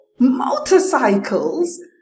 motorcycles